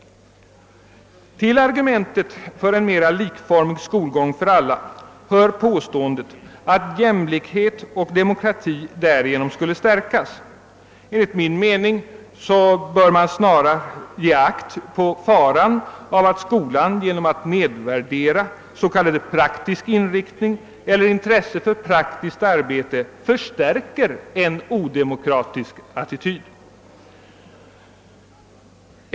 Till argumenten för en mera likformig skolgång för alla hör påståendet, att jämlikhet och demokrati därigenom skulle stärkas. Enligt min mening bör man snarare ge akt på faran av att skolan genom att nedvärdera s.k. praktisk inriktning eller intresse för praktiskt arbete förstärker en odemokratisk attityd.